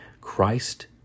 Christ